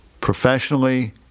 professionally